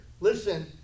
Listen